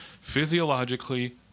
physiologically